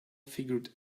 figured